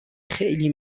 خیلی